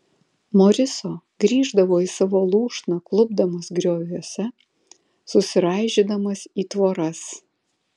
moriso grįždavo į savo lūšną klupdamas grioviuose susiraižydamas į tvoras